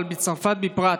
ובצרפת בפרט,